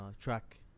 track